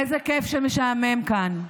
איזה כיף שמשעמם כאן.